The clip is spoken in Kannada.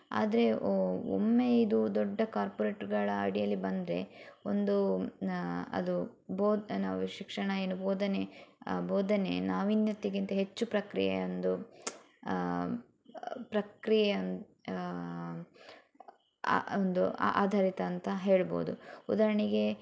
ಆದರೆ ಒಮ್ಮೆ ಇದು ದೊಡ್ಡ ಕಾರ್ಪೊರೇಟ್ಗಳ ಅಡಿಯಲ್ಲಿ ಬಂದರೆ ಒಂದು ಅದು ಬೋದ್ ನಾವು ಶಿಕ್ಷಣ ಏನು ಬೋಧನೆ ಬೋಧನೆ ನಾವೀನ್ಯತೆಗಿಂತ ಹೆಚ್ಚು ಪ್ರಕ್ರಿಯೆ ಅಂದು ಪ್ರಕ್ರಿಯೆ ಆ ಒಂದು ಆಧಾರಿತ ಅಂತ ಹೇಳ್ಬೋದು ಉದಾಹರಣೆಗೆ